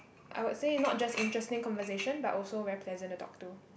I would say not just interesting conversation but also very pleasant to talk to